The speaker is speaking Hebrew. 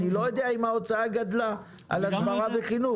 אני לא יודע אם ההוצאה גדלה על הסברה וחינוך.